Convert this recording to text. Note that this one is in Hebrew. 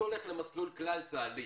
ללכת למסלול כלל-צבאי